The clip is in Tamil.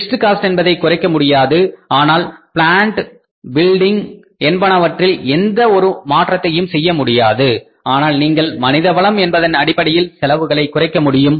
பிக்ஸ்ட் காஸ்ட் என்பதை குறைக்க முடியாது ஆனால் பிளான்ட் பில்டிங் என்பனவற்றில் எந்த ஒரு மாற்றத்தையும் செய்ய முடியாது ஆனால் நீங்கள் மனிதவளம் என்பதன் அடிப்படையில் செலவுகளை குறைக்க முடியும்